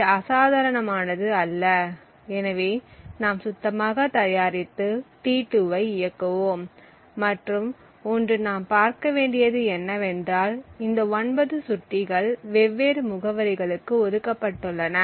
இது அசாதாரணமானது அல்ல எனவே நாம் சுத்தமாக தயாரித்து t2 ஐ இயக்குவோம் மற்றும் ஒன்று நாம் பார்க்க வேண்டியது என்னவென்றால் இந்த 9 சுட்டிகள் வெவ்வேறு முகவரிகளுக்கு ஒதுக்கப்பட்டுள்ளன